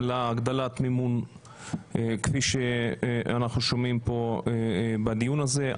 להגדלת מימון כפי שאנחנו שומעים כאן בדיון הזה.